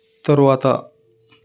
తరువాత